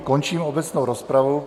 Končím obecnou rozpravu.